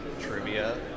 Trivia